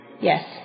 Yes